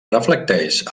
reflecteix